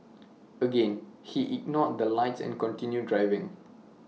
again he ignored the lights and continued driving